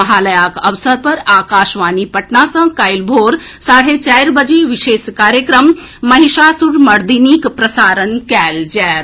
महालयाक अवसर पर आकाशवाणी पटना सॅ काल्हि भोर साढ़े चारि बजे विशेष कार्यक्रम महिषासुर मर्दिनीक प्रसारण कयल जायत